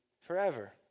forever